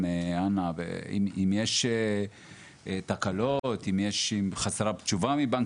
ואם יש תקלות או אם חסרה תשובה מבנק